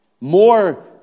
More